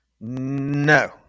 No